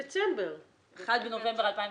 --- 1 בנובמבר 2020?